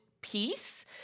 peace